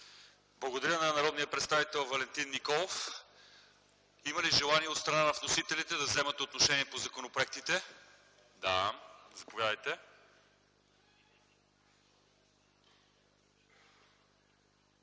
Благодаря на народния представител Валентин Николов. Има ли желание от страна на вносителите да вземат отношение по законопроектите? Заповядайте,